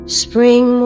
spring